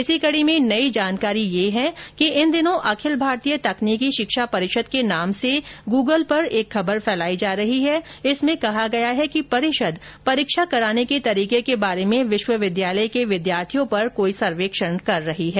इसी कड़ी में नई जानकारी ये है कि इन दिनों अखिल भारतीय तकनीकी शिक्षा परिषद के नाम से गूगल पर एक खबर फैलाई जा रही है जिसमें कहा गया है कि परिषद परीक्षा कराने के तरीके के बारे में विश्वविद्यालय के विद्यार्थियों पर कोई सर्वेक्षण कर रही है